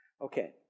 Okay